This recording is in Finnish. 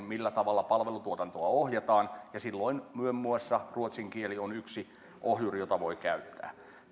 millä tavalla palvelutuotantoa ohjataan ja silloin muun muassa ruotsin kieli on yksi ohjuri jota voi käyttää